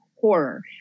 horror